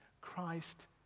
Christ